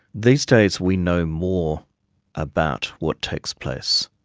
these days we know more about what takes place.